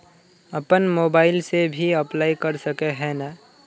अपन मोबाईल से भी अप्लाई कर सके है नय?